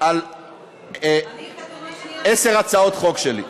על עשר הצעות חוק שלי.